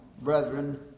brethren